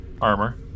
armor